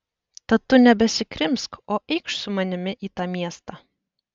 tad tu nebesikrimsk o eikš su manimi į tą miestą